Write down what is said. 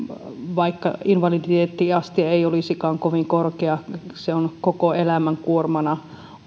vaikka invaliditeettiaste ei olisikaan kovin korkea se haitta aste on ollut koko elämän kuormana